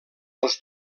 als